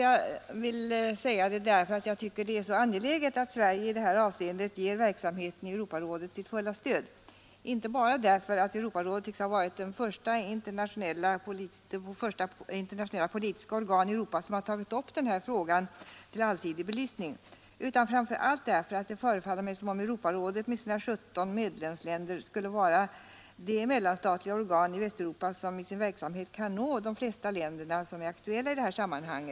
Jag vill säga det därför att jag tycker det är så angeläget att Sverige i detta avseende ger verksamheten i Europarådet sitt fulla stöd, inte bara därför att rådet tycks ha varit det första internationella politiska organ i Europa som har tagit upp denna fråga till allsidig belysning, utan framför allt därför att det förefaller mig som om Europarådet med sina 17 medlemsländer skulle vara det mellanstatliga organ i Västeuropa som i sin verksamhet kan nå de flesta länder som är aktuella i detta sammanhang.